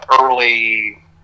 early